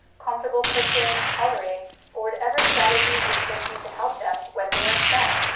comfortable cushion, coloring or whatever strategies your kids need to help them when they're upset.